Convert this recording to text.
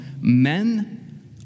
men